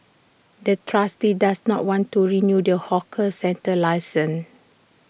the trustee does not want to renew the hawker centre's license